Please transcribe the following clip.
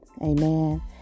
Amen